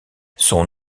son